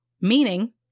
Meaning